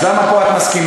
אז למה פה את מסכימה?